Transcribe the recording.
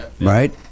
right